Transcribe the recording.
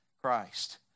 Christ